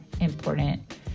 important